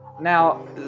Now